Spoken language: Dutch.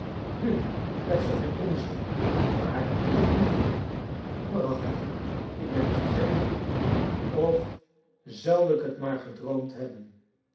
nu klets toch geen onzin waar is het briefje waarachtig ik ben het vergeten of zou ik het maar gedroomd hebben